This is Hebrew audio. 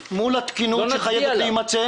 התקינות שחייבת להימצא